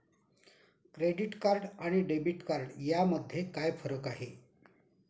Credit card आणि debit card यामध्ये काय फरक आहे?